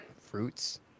fruits